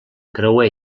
creuer